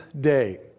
day